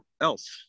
else